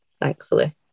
thankfully